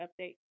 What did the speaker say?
update